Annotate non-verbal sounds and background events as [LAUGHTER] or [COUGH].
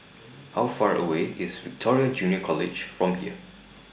[NOISE] How Far away IS Victoria Junior College from here